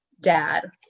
dad